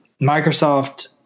microsoft